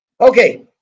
okay